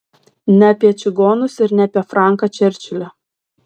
ne apie čigonus ir ne apie franką čerčilį